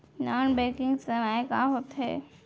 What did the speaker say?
Non banking सेवाएं का होथे?